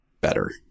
better